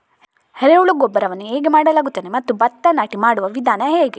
ಎರೆಹುಳು ಗೊಬ್ಬರವನ್ನು ಹೇಗೆ ಮಾಡಲಾಗುತ್ತದೆ ಮತ್ತು ಭತ್ತ ನಾಟಿ ಮಾಡುವ ವಿಧಾನ ಹೇಗೆ?